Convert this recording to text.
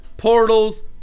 portals